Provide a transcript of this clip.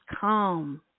calm